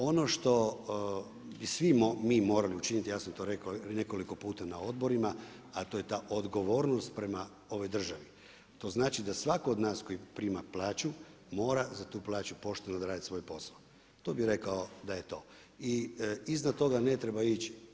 Ono što bismo svi mi morali učiniti, ja sam to rekao nekoliko puta na odborima, a to je ta odgovornost prema ovoj državi, to znači da svako od nas koji prima plaću mora za tu plaću pošteno odraditi svoj posao, to bi rekao da je to i iznad toga ne treba ići.